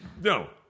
No